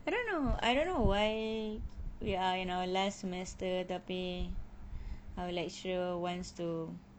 I don't know I don't know why we are in our last semester tapi our lecturer wants to